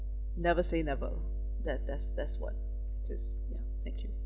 never say never that that's that's what just ya thank you